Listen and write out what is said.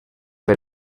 per